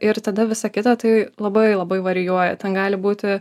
ir tada visa kita tai labai labai varijuoja ten gali būti